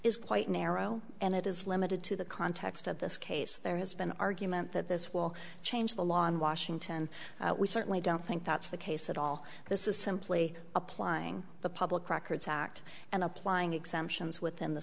is quite narrow and it is limited to the context of this case there has been an argument that this will change the law in washington we certainly don't think that's the case at all this is simply applying the public records act and applying exemptions within the